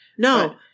No